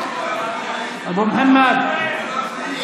אבו מוחמד,